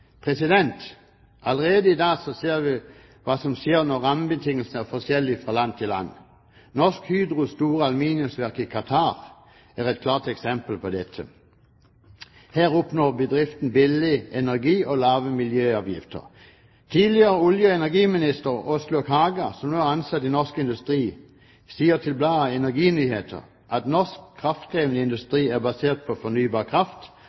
Allerede i dag ser vi hva som skjer når rammebetingelsene er forskjellige fra land til land. Norsk Hydros store aluminiumsverk i Qatar er et klart eksempel på dette. Her oppnår bedriften billig energi og lave miljøavgifter. Tidligere olje- og energiminister Åslaug Haga, som nå er ansatt i Norsk Industri, sier til bladet Energinyheter at norsk kraftkrevende industri er basert på fornybar kraft,